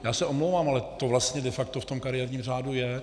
Já se omlouvám, ale to vlastně de facto v tom kariérním řádu je.